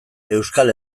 euskal